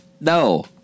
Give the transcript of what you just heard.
No